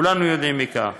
כולנו יודעים מכך.